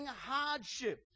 hardship